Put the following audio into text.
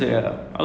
ya